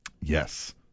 Yes